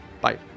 Bye